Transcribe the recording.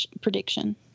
prediction